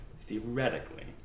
theoretically